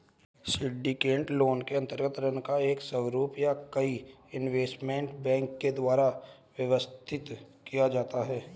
syndicated loan के अंतर्गत ऋण का स्वरूप एक या कई इन्वेस्टमेंट बैंक के द्वारा व्यवस्थित किया जाता है